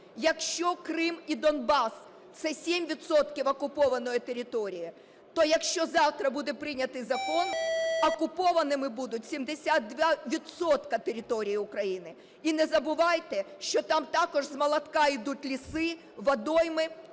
Якщо Крим і Донбас – це 7 відсотків окупованої території, то якщо завтра буде прийнятий закон, окупованими будуть 72 відсотки території України. І не забувайте, що там також з молотка ідуть ліси, водойми,